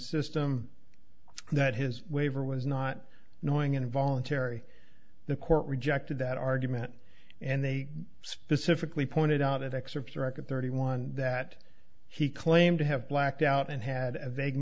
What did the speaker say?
system that his waiver was not knowing involuntary the court rejected that argument and they specifically pointed out excerpts record thirty one that he claimed to have blacked out and had a vague